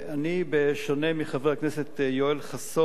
אני, בשונה מחבר הכנסת יואל חסון,